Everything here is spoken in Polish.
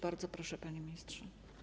Bardzo proszę, panie ministrze.